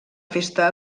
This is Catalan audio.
festa